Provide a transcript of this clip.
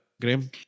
Graham